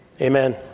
amen